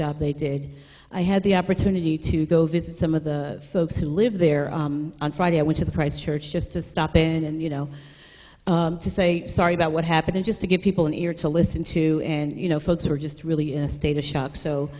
job they did i had the opportunity to go visit some of the folks who live there on friday i went to the christ church just to stop in and you know to say sorry about what happened just to give people an ear to listen to and you know folks are just really in a state of shock so